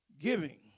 Giving